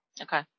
Okay